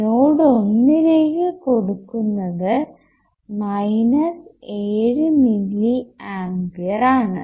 node ഒന്നിലേക്കു കൊടുക്കുന്നത് minus 7 milliampere ആണ്